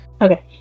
okay